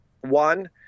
one